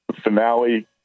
finale